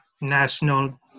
national